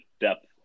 depth